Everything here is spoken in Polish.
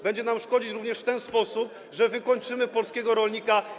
Będzie nam szkodzić również w ten sposób, że wykończymy polskiego rolnika.